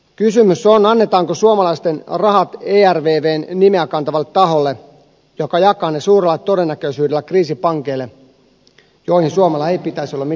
kysymys on annetaanko suomalaisten rahat ervvn nimeä kantavalle taholle joka jakaa ne suurella todennäköisyydellä kriisipankeille joista suomella ei pitäisi olla mitään vastuuta